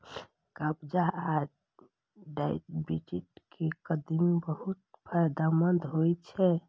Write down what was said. कब्ज आ डायबिटीज मे कदीमा बहुत फायदेमंद होइ छै